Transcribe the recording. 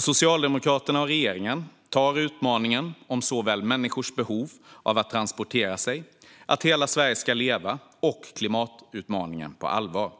Socialdemokraterna och regeringen tar såväl utmaningen om människors behov av att transportera sig och om att hela Sverige ska leva som klimatutmaningen på allvar.